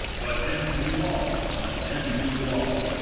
god-den to you all, god-den to you all.